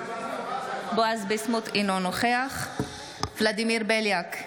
אינו נוכח ולדימיר בליאק,